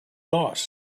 lost